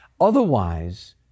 Otherwise